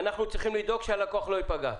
אנחנו צריכים לדאוג שהלקוח לא ייפגע.